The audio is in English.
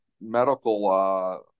medical